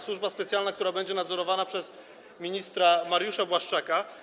Służba specjalna, która będzie nadzorowana przez ministra Mariusza Błaszczaka.